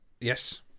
Yes